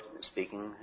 speaking